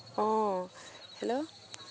অঁ হেল্ল'